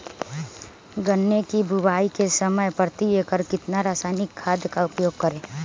गन्ने की बुवाई के समय प्रति एकड़ कितना रासायनिक खाद का उपयोग करें?